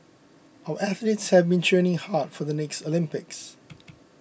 our athletes have been training hard for the next Olympics